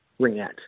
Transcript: ringette